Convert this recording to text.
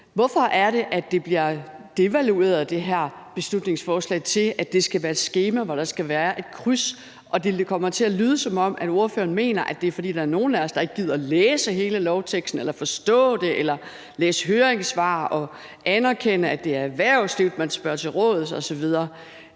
Hvorfor er det, at det her beslutningsforslag bliver devalueret til, at det skal være skema, hvor der skal være et kryds? Det kommer til at lyde, som om at ordføreren mener, at det er, fordi der er nogle af os, der ikke gider læse hele lovteksten eller forstå det eller læse høringssvar og anerkende, at det er erhvervslivet, man spørger til råds osv.